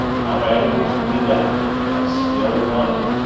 now my other work's cleaned up and i still want it.